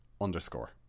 underscore